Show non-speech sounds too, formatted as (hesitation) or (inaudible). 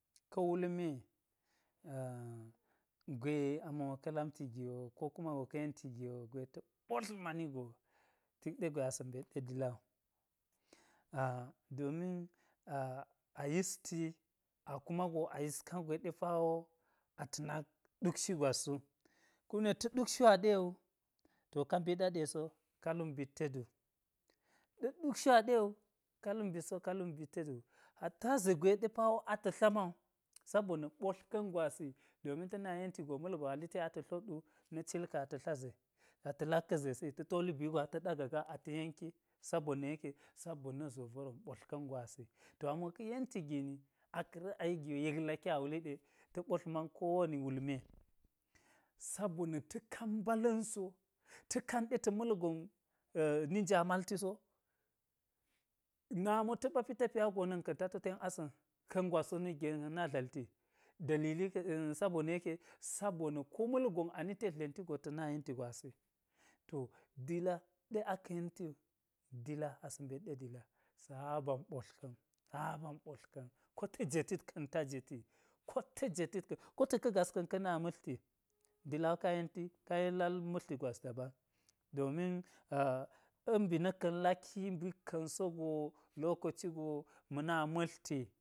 Ka̱ wul me (hesitation) gwe a mo ka̱ lamti gi wo, ko kuma go ka̱ yenti gi wo, gwe ta̱ ɓotl mani go tik ɗe gwe asa̱ mbet ɗe dila wu. (hesitation) domin (hesitation) a yisti, kuma go a yis kangwe ɗe pa wo ata̱ nak ɗuk shu gwas wu. Kun ɗe ta̱ ɗuk shu aɗe wu, to ka mbit aɗe so ka luk mbit te ɗu, ɗe ɗuk shu aɗe wu ka luk mbit so, ka luk mbit te ɗu. Hatta ze gwe ɗe ata̱ ma wu, sabona̱ ɓotlka̱n gwasi domin ta̱ na yenti go ma̱lgon a li te ata̱ tlot wu na̱ cil ka̱n ata̱ tla ze ata̱ lak ka̱ zesi ta̱ toli bi wugo ata̱ ɗaga gaa ata̱ yenki, sabona̱ yeke sa̱bona̱ zozoron ɓotlka̱n gwasi. To a mo ka̱ yenti gini. aka̱a̱ raˈayini yek laki yek wule ta̱ ɓotl man ko wani wul me. Sabona̱ ta̱ kan mbala̱n so, ata̱ kan ɗe ta̱ ma̱lgon ni nja malti so, nami wo ta̱ ɓa pi tapiya go na̱n ka̱n ta to ten asa̱n, ka̱ng gwas wo na̱k ge ka̱n na dlalti, dalili (hesitation) sabona̱ yekke, sabona̱ ko ma̱lgon a li tet dlenti go ata̱ na yenti gwasi. To Dila ɗe aka̱ yenti wu, dila asa̱ mbet ɗe dila. Saban ɓotlka̱n, Saban ɓotlka̱n, ko ta̱ jetit ka̱n ta̱ jeti, ko ta̱ jetit ka̱n. Ko ta̱ ka̱ gas ka̱n ka̱ na ma̱tlti, dila wo ka yenti, ka yen lal matl gwas daban. Domin (hesitation) a̱mba̱ na̱k ka̱n laki mbik ka̱n sogo, lokoci go ma̱ na ma̱tlti